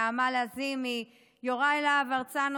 נעמה לזימי ויוראי להב הרצנו.